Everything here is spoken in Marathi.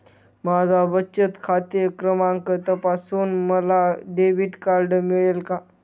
माझा बचत खाते क्रमांक तपासून मला डेबिट कार्ड मिळेल का?